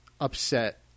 upset